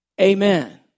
Amen